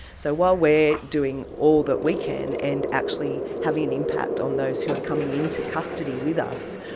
so while we're doing all that we can and actually having an impact on those who are coming into custody with us,